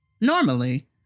normally